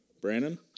Brandon